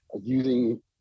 using